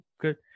good